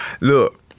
Look